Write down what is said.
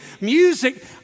music